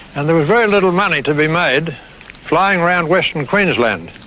and there was very little money to be made flying around western queensland.